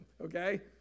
okay